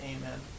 Amen